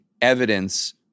evidence